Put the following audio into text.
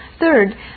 Third